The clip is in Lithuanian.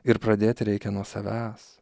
ir pradėti reikia nuo savęs